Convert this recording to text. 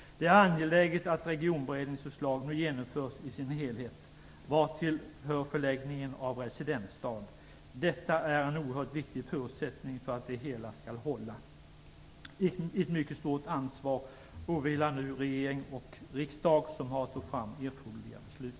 Det är angeläget att Regionberedningens förslag nu genomförs i sin helhet, vartill hör förläggningen av residensstad. Detta är en oerhört viktig förutsättning för att det hela skall hålla. Ett mycket stort ansvar åvilar nu regering och riksdag som har att ta fram erforderliga beslut.